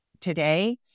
today